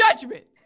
judgment